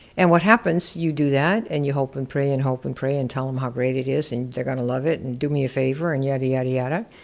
and what happens, you do that and you hope and pray and hope and pray and tell em how great it is, and they're gonna love and do me a favor and yadda-yadda-yadda,